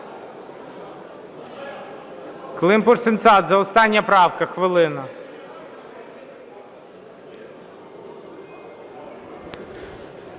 Климпуш-Цинцадзе, остання правка, хвилина.